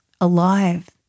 alive